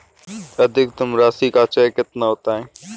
अधिकतम राशि का चेक कितना होता है?